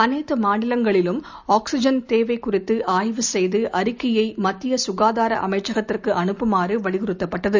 அனைத்து மாநிலங்களிலும் ஆக்சிஜன் தேவை குறித்து ஆய்வு செய்து அறிக்கையை மத்திய ககாதார அமைச்சகத்திற்கு அனுப்புமாறு வலியறுத்தப்பட்டது